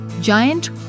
Giant